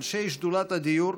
אנשי שדולת הדיור,